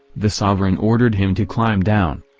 the sovereign ordered him to climb down.